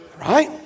Right